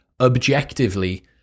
objectively